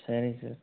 సరే సార్